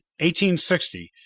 1860